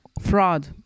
Fraud